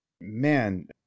Man